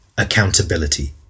accountability